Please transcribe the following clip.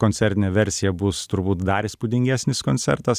koncertinė versija bus turbūt dar įspūdingesnis koncertas